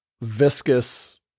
viscous